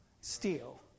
steal